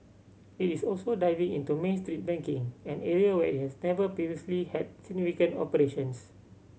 it is also diving into Main Street banking an area where it has never previously had significant operations